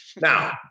Now